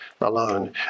alone